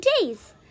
days